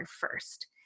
first